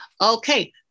Okay